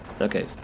Okay